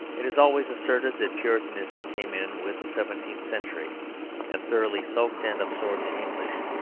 it is always asserted that puritanism came in with the seventeenth century and thoroughly soaked and absorbed the english.